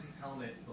helmet